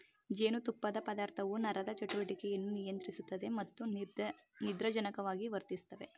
ಜೇನುತುಪ್ಪದ ಪದಾರ್ಥವು ನರದ ಚಟುವಟಿಕೆಯನ್ನು ನಿಯಂತ್ರಿಸುತ್ತವೆ ಮತ್ತು ನಿದ್ರಾಜನಕವಾಗಿ ವರ್ತಿಸ್ತವೆ